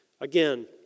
Again